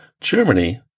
Germany